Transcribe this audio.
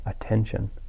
attention